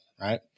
right